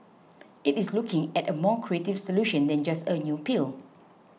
it is looking at a more creative solution than just a new pill